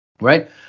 right